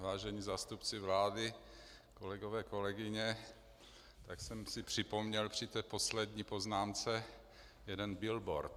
Vážení zástupci vlády, kolegové, kolegyně, tak jsem si připomněl při té poslední poznámce jeden billboard.